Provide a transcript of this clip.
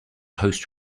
host